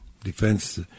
Defense